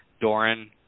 Doran